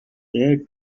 there